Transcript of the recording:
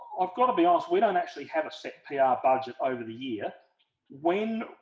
i've got to be honest we don't actually have a set pr ah budget over the year when